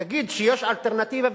תגיד שיש אלטרנטיבה,